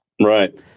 right